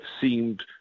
seemed